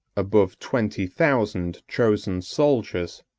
above twenty thousand chosen soldiers,